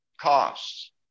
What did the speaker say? costs